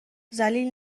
ذلیل